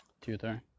tutor